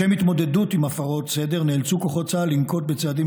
לשם התמודדות עם הפרות הסדר נאלצו כוחות צה"ל לנקוט צעדים